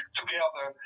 together